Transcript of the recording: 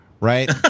right